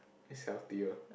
is healthier